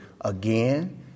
again